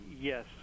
Yes